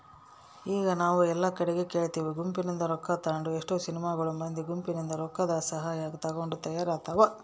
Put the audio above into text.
ಈಗ ನಾವು ಎಲ್ಲಾ ಕಡಿಗೆ ಕೇಳ್ತಿವಿ ಗುಂಪಿನಿಂದ ರೊಕ್ಕ ತಾಂಡು ಎಷ್ಟೊ ಸಿನಿಮಾಗಳು ಮಂದಿ ಗುಂಪಿನಿಂದ ರೊಕ್ಕದಸಹಾಯ ತಗೊಂಡು ತಯಾರಾತವ